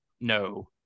No